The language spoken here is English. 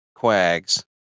Quags